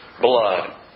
blood